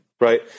Right